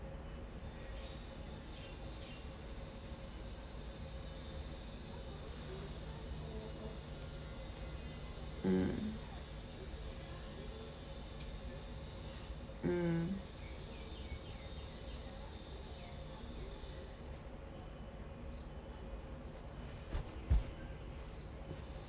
mm mm